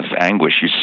anguish